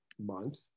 month